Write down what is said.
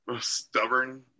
stubborn